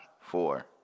four